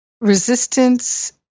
resistance